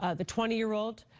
ah the twenty year old,